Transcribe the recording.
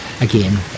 again